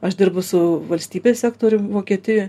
aš dirbu su valstybės sektorium vokietijoj